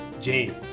James